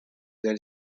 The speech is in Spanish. del